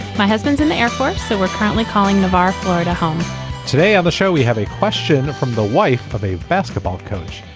my husband's in the air force, so we're currently calling navar, florida home today of a show we have a question from the wife of a basketball coach.